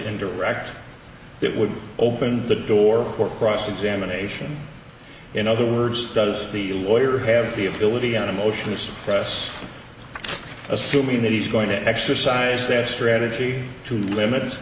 in direct it would open the door for cross examination in other words does the lawyer have the ability an emotionless press assuming that he's going to exercise their strategy to limit